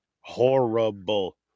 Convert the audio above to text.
Horrible